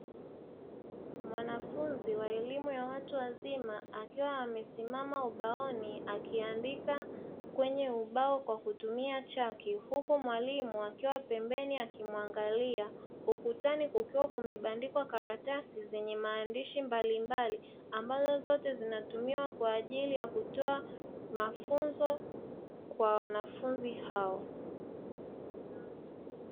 Mwanafunzi wa elimu ya watu wazima akiwa amesimama ubaoni akiandika kwenye ubao kwa kutumia chaki, huku mwalimu akiwa pembeni akimwangalia ukutani kukiwa kumebandikwa karatasi zenye maandishi mbalimbali, ambazo zote zinatumiwa kwa ajili ya kutoa mafunzo kwa wanafunzi hao.